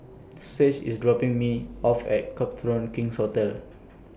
Sage IS dropping Me off At Copthorne King's Hotel